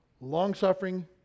long-suffering